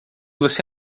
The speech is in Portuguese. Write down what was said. você